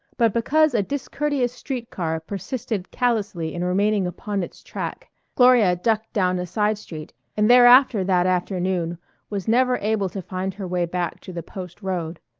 but because a discourteous street-car persisted callously in remaining upon its track gloria ducked down a side-street and thereafter that afternoon was never able to find her way back to the post road.